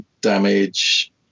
damage